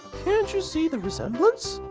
can't you see the resemblance?